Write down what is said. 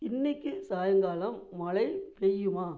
இன்றைக்கு சாயங்காலம் மழை பெய்யுமா